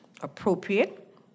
appropriate